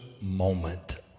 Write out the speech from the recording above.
moment